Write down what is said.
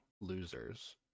losers